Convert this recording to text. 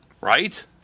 Right